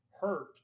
hurt